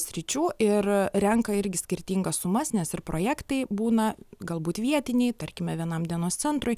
sričių ir renka irgi skirtingas sumas nes ir projektai būna galbūt vietiniai tarkime vienam dienos centrui